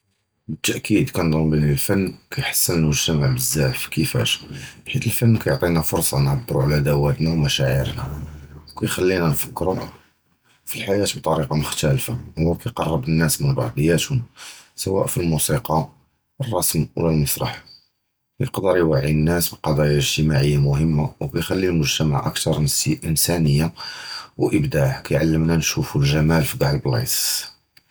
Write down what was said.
בְּתַכִּיד כּנְצַנּ בְּלִי הַפְּן כִּיַּחְסֵן הַמֻּגְתְמַע בְּזַבַּא כִּיפַּאש, כִּיַּא הַפְּן כִּיַּעְטִינָא פּוּרְסָה נְעַבְּרוּ עַל דְּזוּתְנָא וְהַמְּשַאעֵרְנָא, וְכִיַּכְלִינָא נְפַכְּרוּ, פִי הַחַיַּاة בִּטְרִיקָה מֻכְתַלְפָה וְכִיַּקְרֵב הַנָּאס מִן בַּעְדְיַתְהּוּם, סְוָא פִי הַמוּסִיקָה, הָרְסַם וְלָא הַמָּסְרַח, כִּיַּקְדַּר יוֹעִי הַנָּאס בְּקְוַאגִּ'א אִגְתִימָاعִיָּה מְהִם, וְכִיַּחְלִי לַמֻּגְתְמַע אֲקְתַר אִנְסִי אִנְסָאנִיָּה וְאִבְדַע, כִּיַּעְלְמְנָא נְשּׁוּפוּ לַג'מَال פִי כּוּלּ הַבְּלָאיִס.